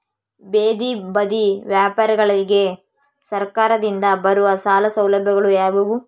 ಬೇದಿ ಬದಿ ವ್ಯಾಪಾರಗಳಿಗೆ ಸರಕಾರದಿಂದ ಬರುವ ಸಾಲ ಸೌಲಭ್ಯಗಳು ಯಾವುವು?